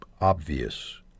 obvious